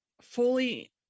fully